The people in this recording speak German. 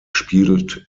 spielt